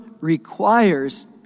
requires